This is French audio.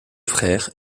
frères